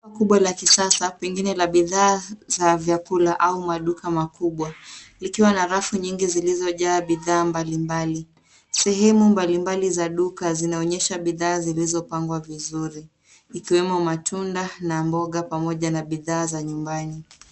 Duka kubwa la kisasa pengine la bidhaa za vyakula au maduka makubwa likiwa na rafu nyingi zilizojaa bidhaa mbalimbali, sehemu mbalimbali za duka zinaonyesha bidhaa zilizopangwa vizuri ikiwemo matunda na mboga pamoja na bidhaa za nyumbani.